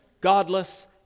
godless